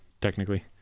technically